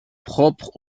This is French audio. propres